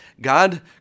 God